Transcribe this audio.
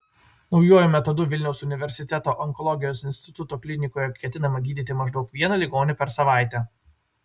naujuoju metodu vilniaus universiteto onkologijos instituto klinikoje ketinama gydyti maždaug vieną ligonį per savaitę